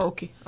Okay